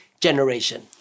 generation